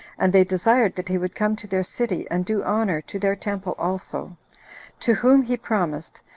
and they desired that he would come to their city, and do honor to their temple also to whom he promised,